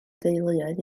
deuluoedd